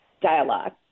dialogue